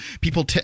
people –